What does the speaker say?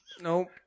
Nope